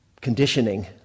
conditioning